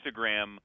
Instagram